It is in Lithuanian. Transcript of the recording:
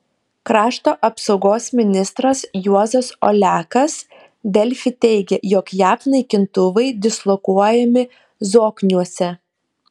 krašto apsaugos ministras juozas olekas delfi teigė jog jav naikintuvai dislokuojami zokniuose